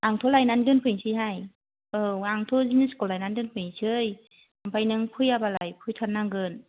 आंथ' लायनानै दोनफैनोसैहाय औ आंथ' जिनिसखौ लायनानै दोनफैसै ओमफ्राय नों फैयाबालाय फैथारनांगोन